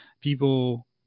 people